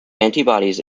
antibodies